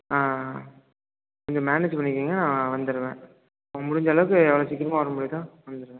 ஆ கொஞ்சம் மேனேஜு பண்ணிக்கோங்க நான் வந்துடுவேன் முடிஞ்ச அளவுக்கு எவ்வளோ சீக்கிரமாக வர முடியுதோ வந்துடுவேன்